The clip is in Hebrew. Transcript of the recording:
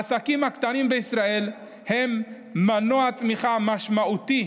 העסקים הקטנים בישראל הם מנוע צמיחה משמעותי